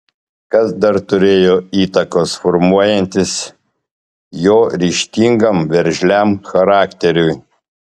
kas dar turėjo įtakos formuojantis jo ryžtingam veržliam charakteriui